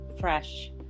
Fresh